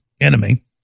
enemy